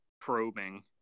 probing